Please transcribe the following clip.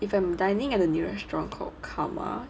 if I'm dining at a restaurant called karma